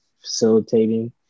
facilitating